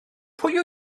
pwy